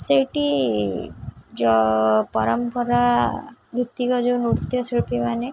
ସେଇଠି ପରମ୍ପରା ଭିତ୍ତିକ ଯେଉଁ ନୃତ୍ୟଶିଳ୍ପୀମାନେ